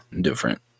different